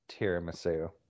tiramisu